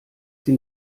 sie